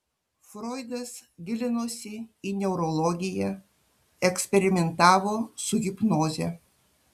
froidas gilinosi į neurologiją eksperimentavo su hipnoze